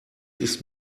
ist